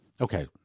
Okay